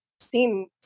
seen